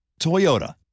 Toyota